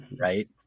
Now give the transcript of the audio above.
right